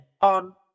on